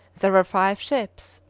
there were five ships.